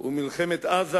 ומלחמת עזה,